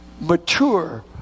mature